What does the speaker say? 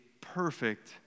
perfect